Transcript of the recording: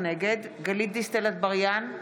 נגד גלית דיסטל אטבריאן,